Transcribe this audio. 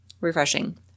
refreshing